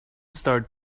start